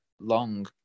long